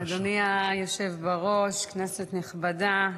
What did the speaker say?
אדוני היושב בראש, כנסת נכבדה,